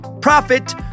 profit